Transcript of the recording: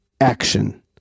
action